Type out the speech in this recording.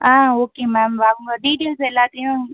ஆ okay ma'am அவங்க details எல்லாத்தையும்